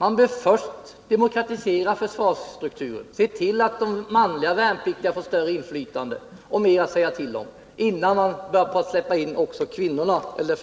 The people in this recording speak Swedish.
Man bör först demokratisera försvarsstrukturen, se till att de manliga värnpliktiga får större inflytande och mer att säga till om innan man börja släppa in kvinnorna — eller